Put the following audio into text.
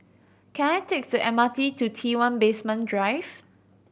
can I take the M R T to T One Basement Drive